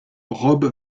rob